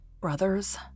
brothers